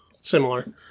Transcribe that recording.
similar